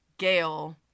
Gail